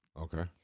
okay